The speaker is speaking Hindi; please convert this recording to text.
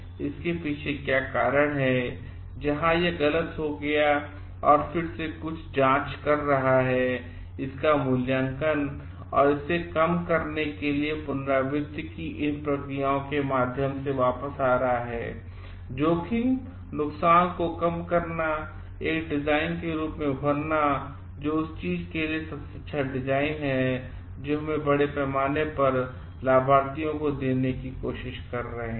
इसके पीछे क्या कारण है जहां यह गलत हो गया और फिर से कुछ जाँच कर रहा है इसका पुनर्मूल्यांकन और इसेकमकरने केलिएपुनरावृत्ति की इन प्रक्रियाओं के माध्यम से वापस आ रहा है जोखिमनुकसान को कम करना और एक डिजाइन के रूप में उभरना जो उस चीज के लिए सबसे अच्छा डिजाइन है जो हम बड़ेपैमाने परलाभार्थियों को देने की कोशिश कर रहे हैं